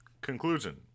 Conclusion